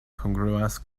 kongruas